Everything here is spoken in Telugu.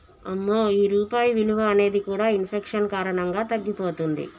అమ్మో ఈ రూపాయి విలువ అనేది కూడా ఇన్ఫెక్షన్ కారణంగా తగ్గిపోతుంది